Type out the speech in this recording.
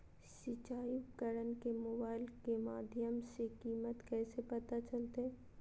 सिंचाई उपकरण के मोबाइल के माध्यम से कीमत कैसे पता चलतय?